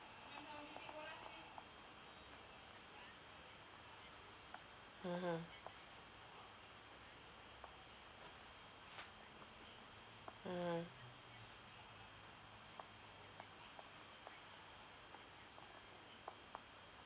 mmhmm mm